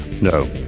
No